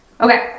Okay